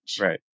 Right